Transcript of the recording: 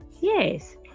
Yes